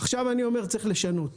צריך לשנות עכשיו.